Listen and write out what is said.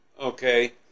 okay